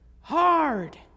hard